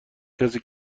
کسی